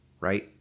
right